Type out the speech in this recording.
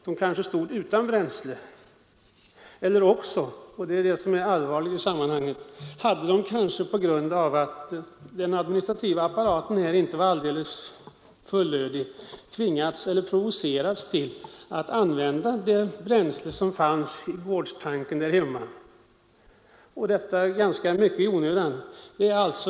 De kanske stått helt utan bränsle eller också — och det är allvarligt i sammanhanget — hade de på grund av att den administrativa apparaten inte var helt fullödig tvingats eller provocerats till att använda det bränsle som fanns i gårdstanken där hemma. Detta skedde alltså ganska mycket i onödan.